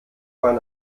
man